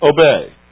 obey